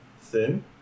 Thin